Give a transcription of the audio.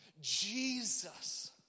Jesus